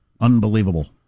unbelievable